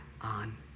on